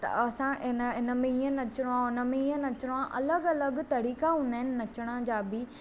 त असां हिन हिन में हीअं नचिणो आहे हुन में हीअं नचिणो आहे अलॻि अलॻि तरीक़ा हूंदा आहिनि नचण जा बि